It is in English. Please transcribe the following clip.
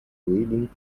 willing